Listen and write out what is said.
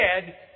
dead